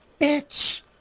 bitch